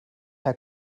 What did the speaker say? herr